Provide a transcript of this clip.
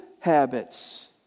habits